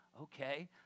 Okay